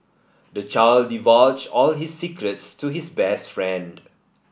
the child divulged all his secrets to his best friend